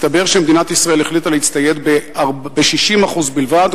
מסתבר שמדינת ישראל החליטה להצטייד ב-60% בלבד,